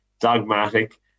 dogmatic